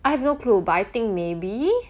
I have no clue but I think maybe